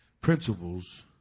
Principles